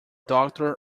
doctor